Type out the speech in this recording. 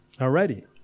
already